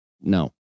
no